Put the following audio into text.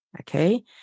Okay